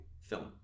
film